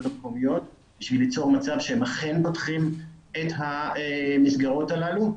המקומיות כדי ליצור מצב שהם אכן פותחים את המסגרות הללו,